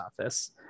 office